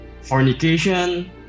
Fornication